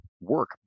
work